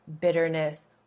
bitterness